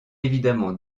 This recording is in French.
évidemment